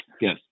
Yes